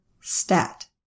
stat